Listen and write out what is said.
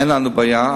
אין לנו בעיה.